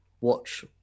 watch